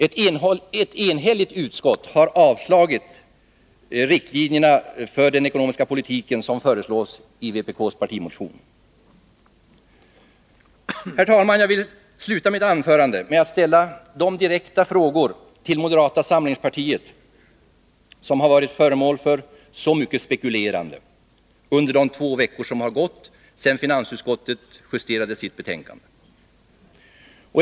Ett enhälligt utskott har avstyrkt de riktlinjer för den ekonomiska politiken som föreslås i vpk:s partimotion. Herr talman! Jag vill sluta mitt anförande med att till moderata samlingspartiet ställa de direkta frågor som har varit föremål för så mycket spekulerande under de två veckor som har gått sedan finansutskottet justerade sitt betänkande.